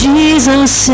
Jesus